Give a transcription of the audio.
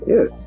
Yes